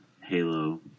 Halo